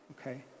okay